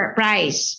price